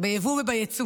ביבוא וביצוא